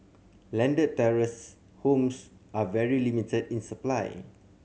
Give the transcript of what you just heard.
landed terrace homes are very limited in supply